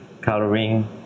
coloring